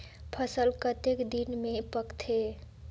फसल कतेक दिन मे पाकथे?